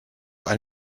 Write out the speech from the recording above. ein